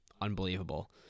unbelievable